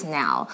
now